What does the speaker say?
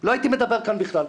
לא הייתי מדבר כאן בכלל.